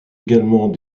également